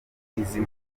mpunzi